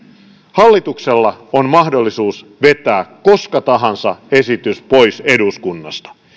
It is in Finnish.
hallituksella on mahdollisuus vetää koska tahansa esitys pois eduskunnasta